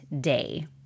day